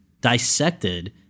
dissected